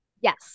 Yes